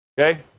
Okay